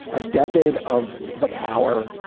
a decade of the power.